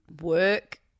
Work